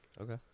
Okay